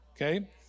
okay